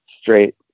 straight